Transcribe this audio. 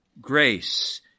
Grace